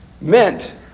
meant